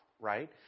right